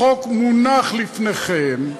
החוק מונח לפניכם.